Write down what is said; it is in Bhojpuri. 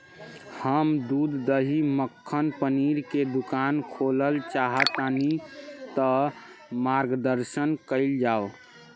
हम दूध दही मक्खन पनीर के दुकान खोलल चाहतानी ता मार्गदर्शन कइल जाव?